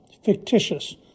Fictitious